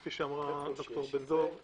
כפי שאמרה דגנית בן דב,